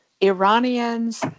Iranians